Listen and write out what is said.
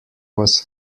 was